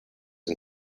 and